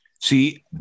See